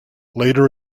later